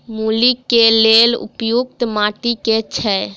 मूली केँ लेल उपयुक्त माटि केँ छैय?